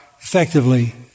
effectively